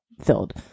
filled